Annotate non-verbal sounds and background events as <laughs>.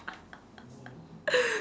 <laughs>